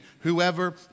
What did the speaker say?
whoever